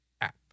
app